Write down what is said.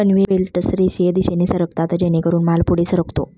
conveyor belts रेषीय दिशेने सरकतात जेणेकरून माल पुढे सरकतो